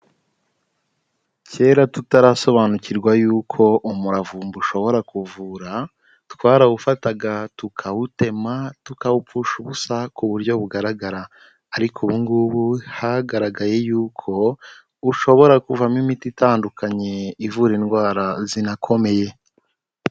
Kera tutarasobanukirwa yuko umuravumba ushobora kuvura, twarawufataga tukawutema, tukawupfusha ubusa ku buryo bugaragara. Ariko ubu ngubu hagaragaye yuko ushobora kuvamo imiti itandukanye ivura indwara zinakomeye.